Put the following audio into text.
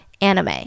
anime